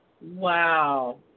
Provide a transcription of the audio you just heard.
Wow